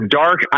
dark